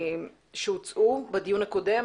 שהוצעו בדיון הקודם.